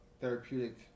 therapeutic